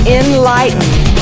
enlightened